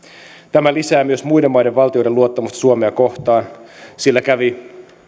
tämä lisää myös muiden valtioiden luottamusta suomea kohtaan sillä kävi